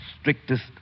strictest